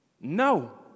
No